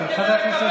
מה אתם עושים?